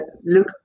look